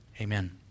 Amen